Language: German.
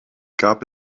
gab